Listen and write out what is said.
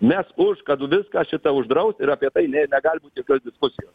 mes už kad viską šitą uždraust ir apie tai nė negali būt jokios diskusijos